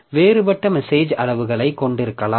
வேறுபட்ட மெசேஜ் அளவுகளைக் கொண்டிருக்கலாம்